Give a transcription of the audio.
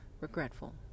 regretful